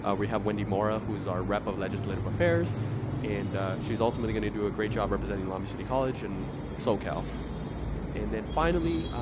we have wendy laura who's our rep of legislative affairs and she's ultimately gonna do a great job representing long beach city college and so cal and then, finally,